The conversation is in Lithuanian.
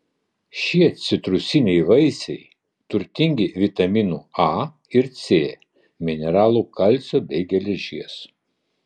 šie citrusiniai vaisiai turtingi vitaminų a ir c mineralų kalcio bei geležies